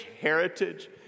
heritage